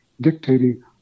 dictating